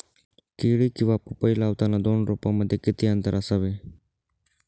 केळी किंवा पपई लावताना दोन रोपांमध्ये किती अंतर असावे?